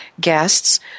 guests